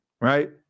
right